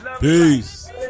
Peace